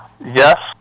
Yes